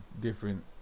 different